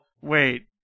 wait